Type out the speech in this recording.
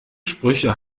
sprüche